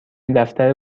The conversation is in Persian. دفتر